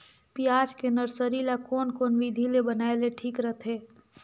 पियाज के नर्सरी ला कोन कोन विधि ले बनाय ले ठीक रथे?